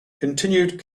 continued